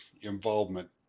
involvement